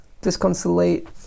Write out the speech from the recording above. disconsolate